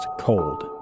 Cold